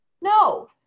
No